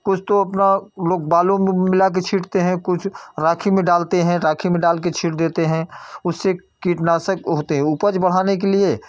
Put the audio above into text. कुछ तो अपना लोग बालू में मिलाकर छिटते हैं कुछ राखी में डालते है राखी में डालकर छीट देते हैं उससे कीटनाशक होते हैं उपज बढ़ाने के लिए